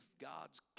God's